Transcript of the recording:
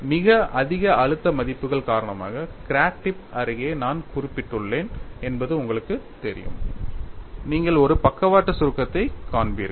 மிக அதிக அழுத்த மதிப்புகள் காரணமாக கிராக் டிப் அருகே நான் குறிப்பிட்டுள்ளேன் என்பது உங்களுக்குத் தெரியும் நீங்கள் ஒரு பக்கவாட்டு சுருக்கத்தைக் காண்பீர்கள்